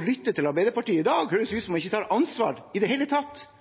lytter til Arbeiderpartiet i dag, høres det ut som at man ikke tar ansvar i det hele tatt